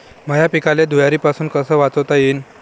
माह्या पिकाले धुयारीपासुन कस वाचवता येईन?